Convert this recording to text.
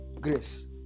Grace